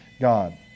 God